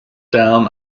down